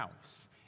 house